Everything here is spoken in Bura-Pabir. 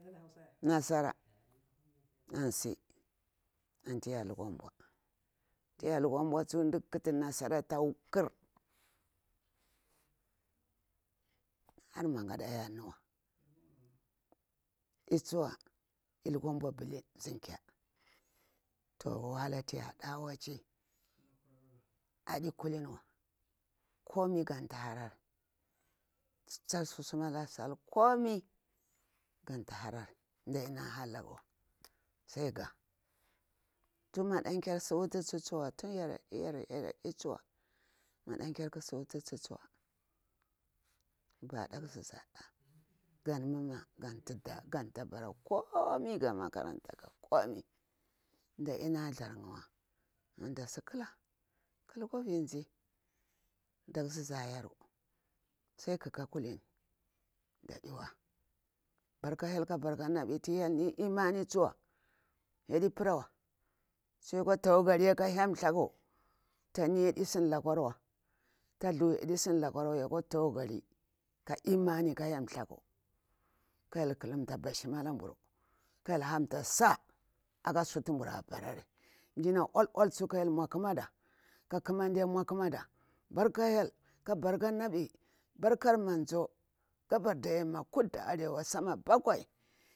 nasarah an si anti ear lukwa nbwa ti yar lukwa nbwa tsu nthu ƙuti nasara ata ƙur, har mangada ya nuna lya ltsuwa lukwa nbwa pila ngyar. Toh wahala ti yah dah waci adi kulin wa, kumi ganta harari tah susum alah sal kumi faita hariri ndinah halagu wa sai gah. Tan maɗan kyar si wutisi tswa tin yaradi, yaradi tsuwa madan kyar kasi wutici tsuwa. Bah ɗa ƙusi zahda, gan mamah, gan tidah ganta bara kumi ga makarta gah komi nɗadinah thurngu wa anda si ƙulah kalukwa vinzi dalesi zayaru. Sai ƙukah kulini ɗadiwa. Barkah hyel nabi ti hyel ni imani tsuwa yadi parawa saide yakwa tawakali akah tani yaɗu sin lakwar wa tsiwa, ta thuwa yasin lakwa wa yakwa tawakali, kah imani ka hinthlaku kah hyel klanita bashim alanburu, ka hyel hamta sa'a akah sutu nbura barari. Njina uwall uwall tsuwa ka hyel nmwa ƙumadah kah ƙu mandi mmwa ƙumadah. Barka hyel kah barka nabi, bakar manzo gabar ɗa vamma kudu da arewa samma bakwai.